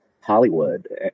Hollywood